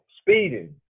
speeding